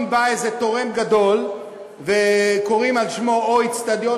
אם בא תורם גדול וקוראים על שמו אצטדיון